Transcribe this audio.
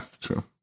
true